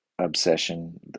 obsession